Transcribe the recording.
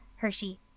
Hershey